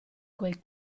quel